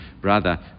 brother